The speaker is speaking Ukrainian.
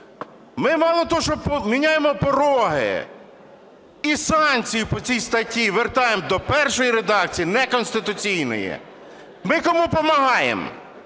Ми мало того, що міняємо пороги і санкцію по цій статті вертаємо до першої редакції неконституційної, ми кому помагаємо